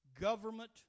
government